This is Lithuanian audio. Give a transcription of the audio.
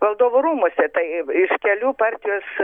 valdovų rūmuose tai iš kelių partijos